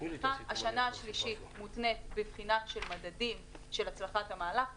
השנה השלישית מותנית בבחינה של מדדים של הצריכה במהלך השנה.